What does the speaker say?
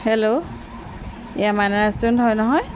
hello এয়া মাইনা restaurant হয় নহয়